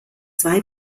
zwei